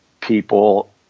people